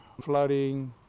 flooding